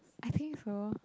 I think so